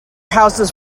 houses